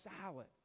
salad